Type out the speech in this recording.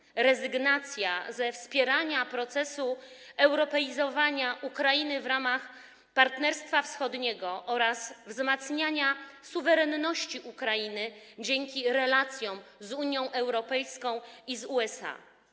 Nastąpiła rezygnacja ze wspierania procesu europeizowania Ukrainy w ramach Partnerstwa Wschodniego oraz wzmacniania suwerenności Ukrainy dzięki relacjom z Unią Europejską i z USA.